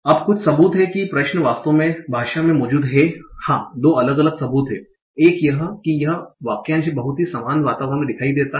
अब कुछ सबूत हैं कि प्रश्न वास्तव में भाषा में मौजूद हैं हां 2 अलग अलग सबूत हैं एक यह है कि यह वाक्यांश बहुत ही समान वातावरण में दिखाई देता है